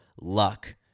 luck